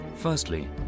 Firstly